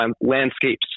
landscapes